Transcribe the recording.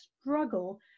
struggle